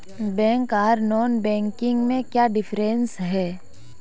Bank आर non banking में क्याँ डिफरेंस है?